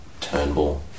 Turnbull